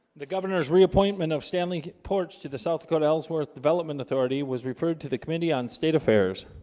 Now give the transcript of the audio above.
the governor's reappointment of stan lee ports to the south dakota ellsworth development authority was referred to the committee on state affairs